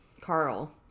Carl